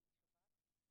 התשע"ז-2017.